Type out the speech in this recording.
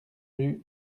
huit